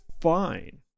fine